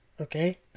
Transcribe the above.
Okay